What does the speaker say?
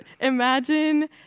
imagine